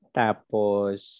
tapos